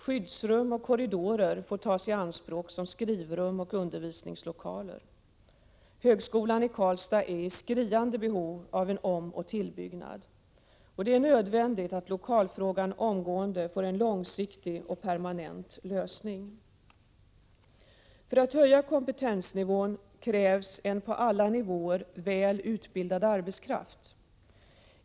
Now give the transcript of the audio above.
Skyddsrum och korridorer får tas i anspråk som skrivrum och undervisningslokaler. Högskolan i Karlstad är i skriande behov av en omoch tillbyggnad. Det är nödvändigt att lokalfrågan omgående får en långsiktig och permanent lösning. För att höja kompetensnivån krävs en på alla nivåer väl utbildad arbetskraft.